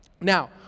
Now